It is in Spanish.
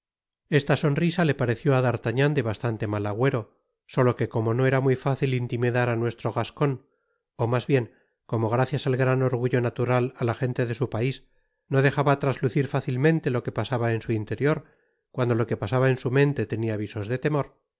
esta sonrisa le pareció á d'artagnan de bastante mal agüero solo que como no era muy fácit intimidar á nuestro gascon ó mas bien como gracias al gran orgullo natural á la gente de su pais no dejaba traslucir fácilmente lo que pasaba en su interior cuando lo que pasaba en su mente tenia visos de temor